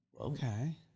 Okay